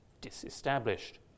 disestablished